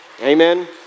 Amen